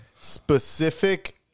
specific